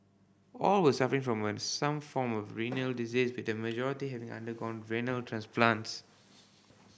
all were suffering from some form of renal disease with the majority having undergone renal transplants